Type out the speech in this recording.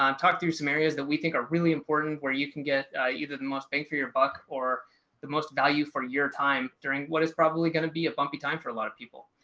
um talk through some areas that we think are really important, where you can get either the most bang for your buck or the most value for your time during what is probably going to be a bumpy time for a lot of people.